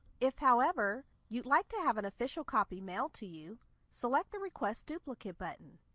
if however, you'd like to have an official copy mailed to you, select the request duplicate button.